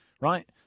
right